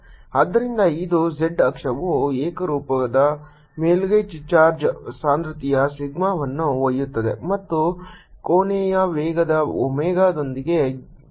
ಆದ್ದರಿಂದ ಇದು z ಅಕ್ಷವು ಏಕರೂಪದ ಮೇಲ್ಮೈ ಚಾರ್ಜ್ ಸಾಂದ್ರತೆಯ ಸಿಗ್ಮಾವನ್ನು ಒಯ್ಯುತ್ತದೆ ಮತ್ತು ಕೋನೀಯ ವೇಗದ ಒಮೆಗಾದೊಂದಿಗೆ ತಿರುಗುತ್ತದೆ